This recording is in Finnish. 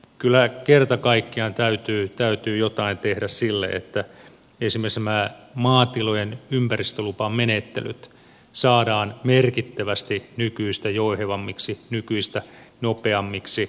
kyllä kerta kaikkiaan täytyy jotain tehdä sille että esimerkiksi nämä maatilojen ympäristölupamenettelyt saadaan merkittävästi nykyistä jouhevammiksi nykyistä nopeammiksi